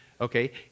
okay